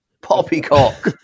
poppycock